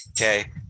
okay